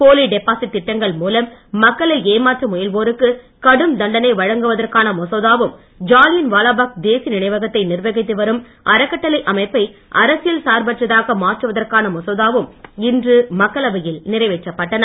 போலி டெபாசிட் திட்டங்கள் மூலம் மக்களை ஏமாற்ற முயல்வோருக்கு கடும் தண்டனை வழங்குவதற்கான மசோதாவும் ஜாலியன் வாலாபாக் தேசிய நினைவகத்தை நிர்வகித்து வரும் அறக்கட்டளை அமைப்பை அரசியல் சார்பற்றதாக மாற்றுவதற்கான மசோதாவும் இன்று மக்களவையில் நிறைவேற்றப்பட்டன